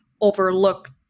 overlooked